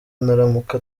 naramuka